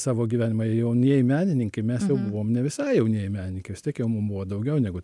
savo gyvenimą jie jaunieji menininkai mes jau buvom ne visai jaunieji menininkai vis tiek jau mum buvo daugiau negu